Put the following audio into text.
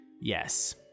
Yes